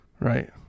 Right